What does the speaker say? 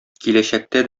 киләчәктә